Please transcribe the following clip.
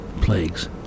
plagues